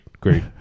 great